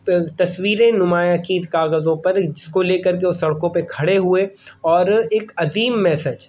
تصویریں نمایاں کیں کاغذوں پر جس کو لے کر کے وہ سڑکوں پہ کھڑے ہوئے اور ایک عظیم میسیج